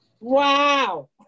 Wow